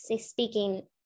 speaking